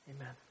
Amen